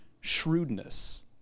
shrewdness